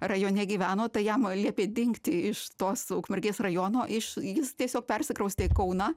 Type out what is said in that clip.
rajone gyveno tai jam liepė dingti iš tos ukmergės rajono iš jis tiesiog persikraustė į kauną